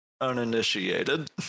uninitiated